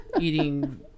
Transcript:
Eating